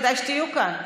כדאי שתהיו כאן.